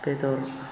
बेदर